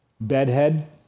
bedhead